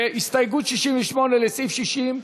הסתייגות 68 לסעיף 60?